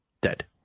dead